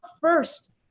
first